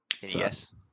Yes